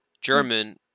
German